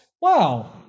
wow